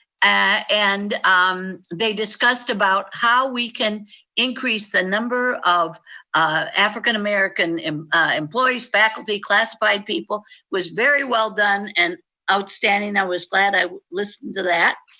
and um they discussed about how we can increase the number of african american employees, faculty, classified people was very well done and outstanding, i was glad i listened to that.